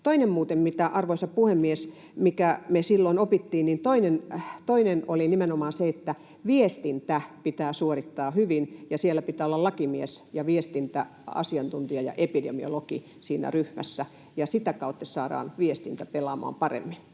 Toinen muuten, arvoisa puhemies, mikä me silloin opittiin, oli nimenomaan se, että viestintä pitää suorittaa hyvin ja siinä ryhmässä pitää olla lakimies, viestintäasiantuntija ja epidemiologi. Sitä kautta saadaan viestintä pelaamaan paremmin.